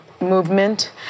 movement